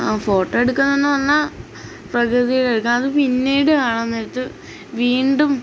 ആ ഫോട്ടോ എടുക്കുന്നതെന്ന് വന്നാൽ പ്രകൃതിയുടെ എടുക്ക് അത് പിന്നീട് കാണാൻ നേരത്ത് വീണ്ടും